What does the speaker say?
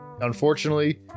unfortunately